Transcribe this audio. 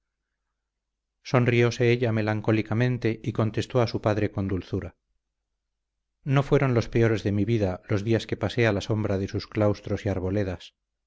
corazón sonrióse ella melancólicamente y contestó a su padre con dulzura no fueron los peores de mi vida los días que pasé a la sombra de sus claustros y arboledas